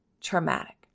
traumatic